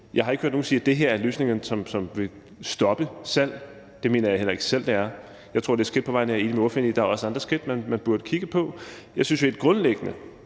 Jeg har ikke hørt nogen sige, at det her er løsningen, som vil stoppe salget – det mener jeg heller ikke det er. Jeg tror, det er et skridt på vejen, og jeg er enig med ordføreren i, at der også er andre skridt, man burde kigge på. Jeg synes helt grundlæggende,